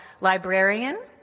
librarian